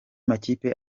makipe